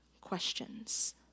questions